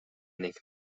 ning